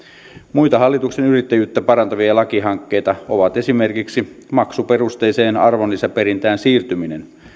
muita hallituksen yrittäjyyttä parantavia lakihankkeita ovat esimerkiksi maksuperusteiseen arvonlisäperintään siirtyminen